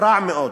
רע מאוד.